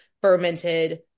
fermented